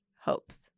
hopes